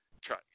Try